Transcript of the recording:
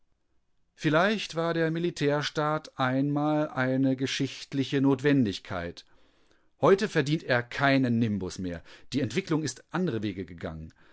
vielleicht war der militärstaat einmal eine geschichtliche notwendigkeit heute verdient er keinen nimbus mehr die entwicklung ist andere wege gegangen